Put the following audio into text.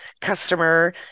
customer